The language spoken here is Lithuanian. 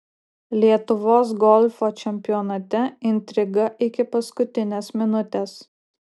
lietuvos golfo čempionate intriga iki paskutinės minutės